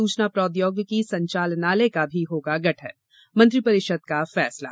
सूचना प्रौद्योगिकी संचालनालय का भी होगा गठन मंत्रिपरिषद का फैसला